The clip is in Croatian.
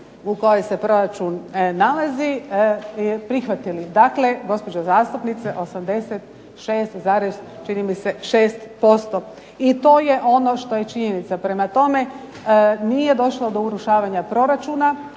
u kojoj se proračun nalazi, prihvatili. Dakle, gospođo zastupnice 86,6%. I to je ono što je činjenica. Prema tome, nije došlo do urušavanja proračuna,